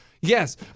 Yes